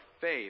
faith